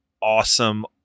awesome